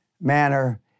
manner